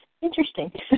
interesting